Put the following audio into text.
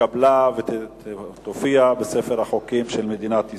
התקבלה ותופיע בספר החוקים של מדינת ישראל.